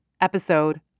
episode